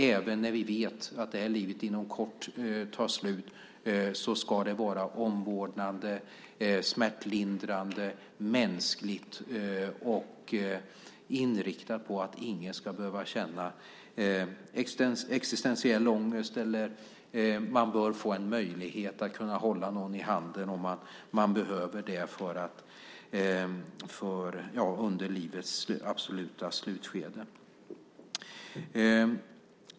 Även när vi vet att livet inom kort tar slut ska det vara omvårdnad och smärtlindring, och det ska vara mänskligt och inriktat på att ingen ska behöva känna existentiell ångest. Man bör få en möjlighet att hålla någon i handen om man behöver det i livets absoluta slutskede.